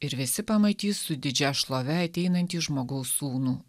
ir visi pamatys su didžia šlove ateinantį žmogaus sūnų